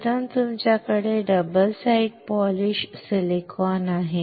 प्रथम तुमच्याकडे double side polish silicon आहे